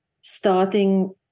starting